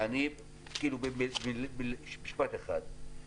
משפט אחד.